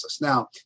Now